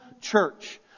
church